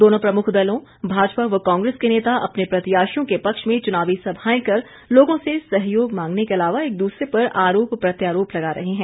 दोनों प्रमुख दलों भाजपा व कांग्रेस के नेता अपने प्रत्याशियों के पक्ष में चुनावी सभाएं कर लोगों से सहयोग मांगने के अलावा एक दूसरे पर आरोप प्रत्यारोप लगा रहे हैं